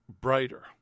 brighter